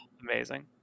amazing